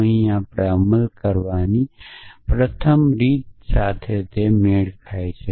અને અહીં તેનો અમલ કરવાની રીત એ છે કે પ્રથમ નિયમ તેની સાથે મેળ ખાય છે